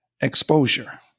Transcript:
exposure